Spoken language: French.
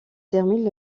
termine